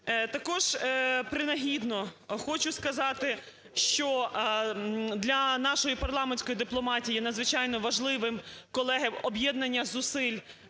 Також принагідно хочу сказати, що для нашої парламентської дипломатії надзвичайно важливим, колеги, об'єднання зусиль